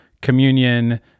communion